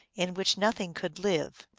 in which nothing could live.